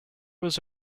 was